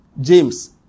James